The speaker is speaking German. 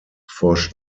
forscht